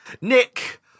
Nick